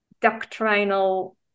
doctrinal